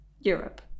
Europe